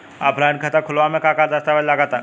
Offline खाता खुलावे म का का दस्तावेज लगा ता?